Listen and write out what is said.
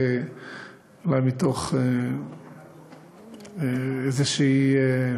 ואולי מתוך קושי כלשהו